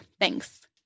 Thanks